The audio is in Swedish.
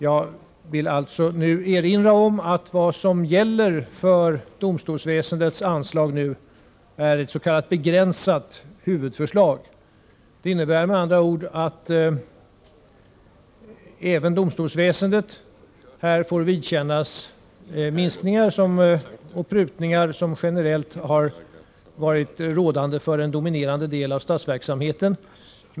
Jag vill erinra om att anslaget till domstolsväsendet är ett s.k. begränsat huvudförslag. Det innebär med andra ord att även domstolsväsendet får vidkännas sådana minskningar och prutningar som generellt har drabbat en dominerande del av statsverksamheten.